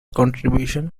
contributions